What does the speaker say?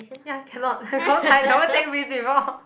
ya cannot because I never take risk before